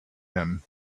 him